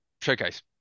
showcase